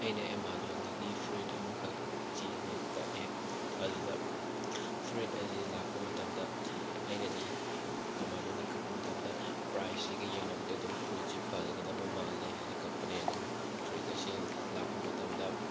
ꯑꯩꯅ ꯑꯦꯃꯥꯖꯣꯟꯗꯒꯤ ꯐꯨꯔꯤꯠ ꯑꯃꯈꯛ ꯆꯦꯜꯂꯦ ꯀꯛꯑꯦ ꯑꯗꯨꯗ ꯐꯨꯔꯤꯠ ꯑꯁꯤ ꯂꯥꯛꯄ ꯃꯇꯝꯗ ꯑꯩꯅꯗꯤ ꯑꯦꯃꯥꯖꯣꯟꯗꯒꯤ ꯀꯛꯄ ꯃꯇꯝꯗ ꯄ꯭ꯔꯥꯏꯖꯁꯤꯒ ꯌꯦꯡꯅꯕꯗ ꯑꯗꯨꯝ ꯐꯨꯔꯤꯠꯁꯦ ꯐꯒꯗꯕ ꯃꯥꯜꯂꯦ ꯍꯥꯏꯅ ꯀꯛꯄꯅꯦ ꯑꯗꯨꯕꯨ ꯐꯨꯔꯤꯠ ꯑꯁꯦ ꯂꯥꯛꯄ ꯃꯇꯝꯗ